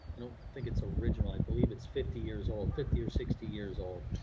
i don't think it's original, i believe it's fifty years old, fifty or sixty years old,